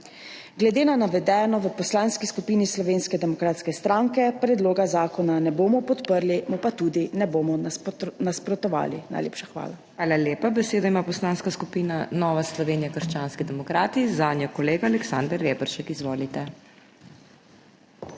Glede na navedeno v Poslanski skupini Slovenske demokratske stranke predloga zakona ne bomo podprli, mu pa tudi ne bomo nasprotovali. Najlepša hvala. PODPREDSEDNICA MAG. MEIRA HOT: Hvala lepa. Besedo ima Poslanska skupina Nova Slovenija – krščanski demokrati, zanjo kolega Aleksander Reberšek. Izvolite.